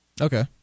Okay